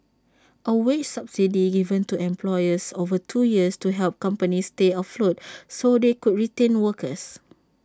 A wage subsidy given to employers over two years to help companies stay afloat so they could retain workers